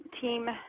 Team